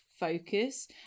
focus